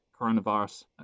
coronavirus